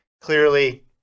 Clearly